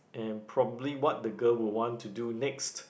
and probably what the girl will want to do next